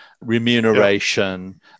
remuneration